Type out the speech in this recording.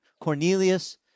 Cornelius